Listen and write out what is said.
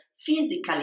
physically